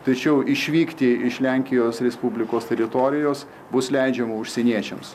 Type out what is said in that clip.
tačiau išvykti iš lenkijos respublikos teritorijos bus leidžiama užsieniečiams